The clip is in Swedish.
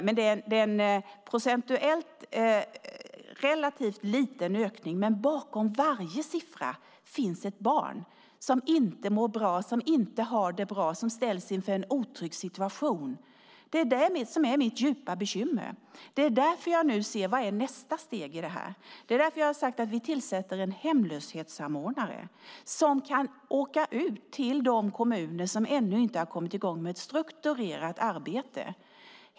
Det är en procentuellt relativt liten ökning, men bakom varje siffra finns ett barn som inte mår bra, som inte har det bra, som ställs inför en otrygg situation. Det är det som är mitt djupa bekymmer. Det är därför jag nu ser: Vad är nästa steg i det här? Det är därför jag har sagt att vi ska tillsätta en hemlöshetssamordnare som kan åka ut till de kommuner som ännu inte har kommit i gång med ett strukturerat arbete.